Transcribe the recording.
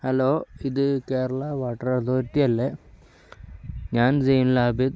hello ഇത് Kerala water authority അല്ലേ ഞാൻ സൈനുൽ ആബിദ്